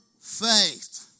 faith